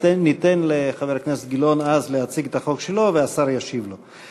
אז ניתן לחבר הכנסת גילאון להציג את החוק שלו והשר ישיב לו.